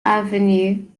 avenue